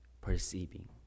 perceiving